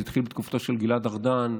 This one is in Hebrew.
זה התחיל בתקופתו של גלעד ארדן.